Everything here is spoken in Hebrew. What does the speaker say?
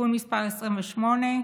(תיקון מס' 28)